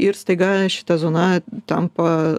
ir staiga šita zona tampa